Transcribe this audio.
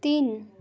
तिन